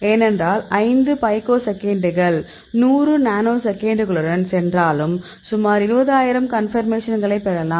ஏனென்றால் 5 பைக்கோசெகண்டுகள் 100 நானோசெகண்ட்களுடன் சென்றாலும் சுமார் 20000 கன்பர்மேஷன்களைப் பெறலாம்